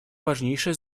важнейшее